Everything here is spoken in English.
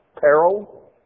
Peril